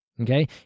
Okay